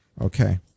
Okay